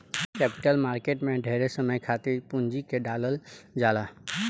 capital market में ढेरे समय खातिर पूंजी के डालल जाला